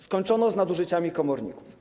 Skończono z nadużyciami komorników.